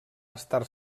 estar